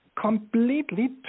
completely